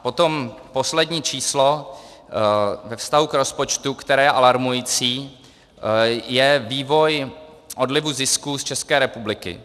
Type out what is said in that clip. Potom poslední číslo ve vztahu k rozpočtu, které je alarmující, je vývoj odlivu zisků z České republiky.